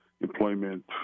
employment